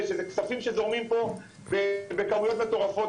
שזה כספים שזורמים פה בכמויות מטורפות,